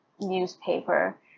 newspaper